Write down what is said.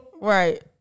Right